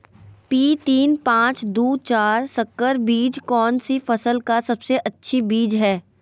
P तीन पांच दू चार संकर बीज कौन सी फसल का सबसे अच्छी बीज है?